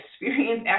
experience